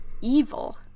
evil